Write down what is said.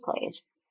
place